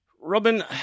Robin